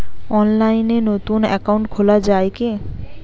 অনলাইনে নতুন একাউন্ট খোলা য়ায় কি?